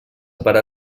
parar